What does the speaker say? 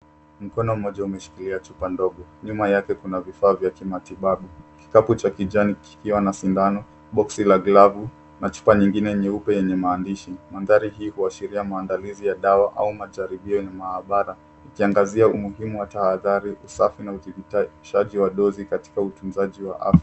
Mkono mmoja umeshikilia chupa ndogo, nyuma yake kuna vifaa vya kimatibabu. Kikapu cha kijani kikiwa na sindano, boksi la glavu, na chupa nyingine nyeupe yenye maandishi. Mandhari hii huashiria maandalizi ya dawa, au majaribio yenye maabara, ikiangazia umuhimu wa tahadhari, usafi, na udhibitishaji wa dozi katika utunzaji wa afya.